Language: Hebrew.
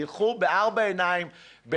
תלכו בארבע עיניים,